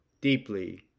deeply